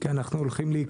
כי אנחנו הולכים להיכחד.